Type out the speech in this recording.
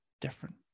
different